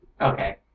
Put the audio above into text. okay